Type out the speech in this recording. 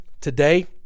Today